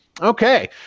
Okay